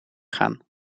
gaan